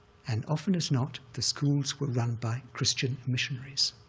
and often as not, the schools were run by christian missionaries,